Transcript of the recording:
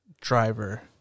Driver